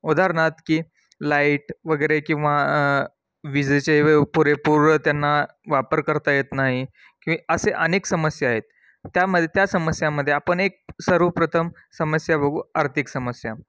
उदाहरणार्थ की लाईट वगैरे किंवा विजेचे पुरेपूर त्यांना वापर करता येत नाही कि असे अनेक समस्या आहेत त्यामध्ये त्या समस्यामध्ये आपण एक सर्वप्रथम समस्या बघू आर्थिक समस्या